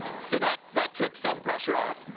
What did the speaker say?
so that that took some pressure off.